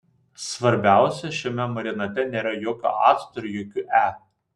svarbiausia šiame marinate nėra jokio acto ir jokių e